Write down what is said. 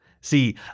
See